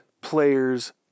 player's